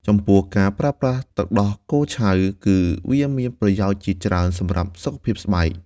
ចំពោះការប្រើប្រាស់ទឹកដោះគោឆៅ គឺវាមានប្រយោជន៍ជាច្រើនសម្រាប់សុខភាពស្បែក។